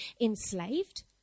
enslaved